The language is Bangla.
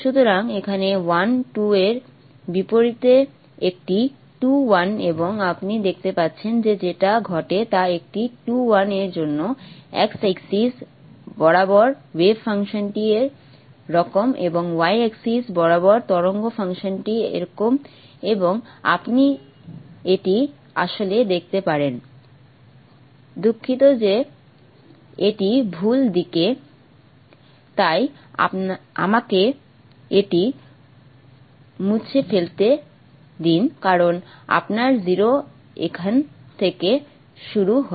সুতরাং এখানে 1 2 এর বিপরীতে একটি 2 1 এবং আপনি দেখতে পাচ্ছেন যে যা ঘটে তা একটি 2 1 এর জন্য x এক্সিস বরাবর ওয়েভ ফাংশনটি এই রকম এবং y এক্সিস বরাবর তরঙ্গ ফাংশনটি এরকম এবং আপনি এটি আসলে দেখতে পারেন দুঃখিত যে এটি ভুল দিকে তাই আমাকে এটি মুছে ফেলতে দিন কারণ আপনার 0 এখান থেকে শুরু হয়